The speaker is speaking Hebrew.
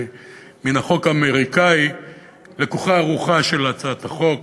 ומן החוק האמריקני לקוחה רוחה של הצעת החוק.